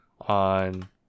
on